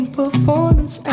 performance